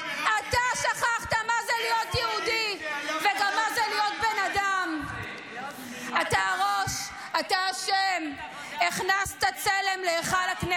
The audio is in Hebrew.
מתחבא תחת גורם מדיני בכיר ומטרפד פעם אחר פעם עסקה להשבת החטופים